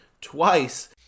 twice